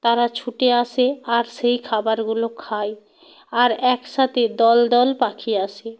তারা ছুটে আসে আর সেই খাবারগুলো খায় আর একসাথে দল দল পাখি আসে